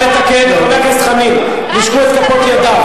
לא נישקו את כפות רגליו.